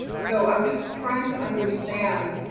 so, i'm just trying to understand